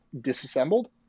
disassembled